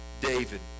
David